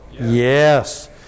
Yes